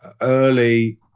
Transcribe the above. early